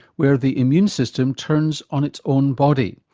where the immune system turns on its own body,